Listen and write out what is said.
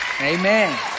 Amen